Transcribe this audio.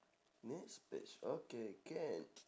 next page okay can